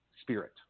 spirit